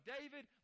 David